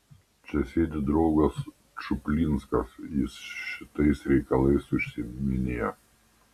čia sėdi draugas čuplinskas jis šitais reikalais užsiiminėja